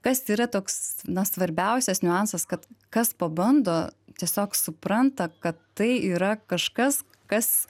kas yra toks na svarbiausias niuansas kad kas pabando tiesiog supranta kad tai yra kažkas kas